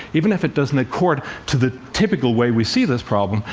even if it doesn't accord to the typical way we see this problem.